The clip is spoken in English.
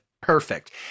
perfect